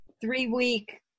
three-week